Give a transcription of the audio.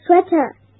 sweater